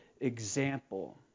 example